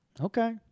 Okay